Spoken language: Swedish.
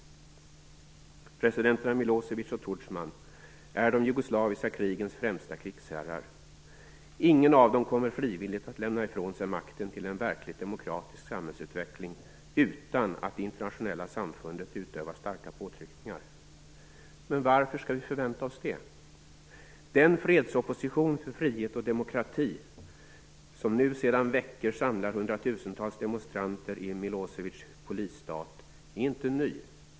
Presidenterna Milosevic och Tudjman är de jugoslaviska krigens främsta krigsherrar. Ingen av dem kommer frivilligt att lämna ifrån sig makten till en verkligt demokratisk samhällsutveckling utan att det internationella samfundet utövar starka påtryckningar. Men varför skall vi förvänta oss det? Den fredsopposition för frihet och demokrati som nu sedan veckor tillbaka samlar hundratusentals demonstranter i Milosevics polisstat är inte ny.